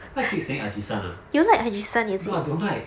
why I keep saying ajisen ah no I don't like